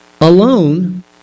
alone